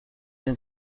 این